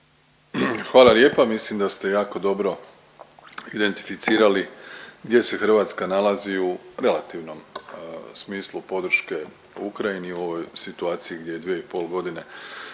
Hvala lijepa. Mislim da ste jako dobro identificirali gdje se Hrvatska nalazi u relativnom smislu podrške Ukrajini u ovoj situaciji gdje dvije i pol godine